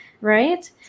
right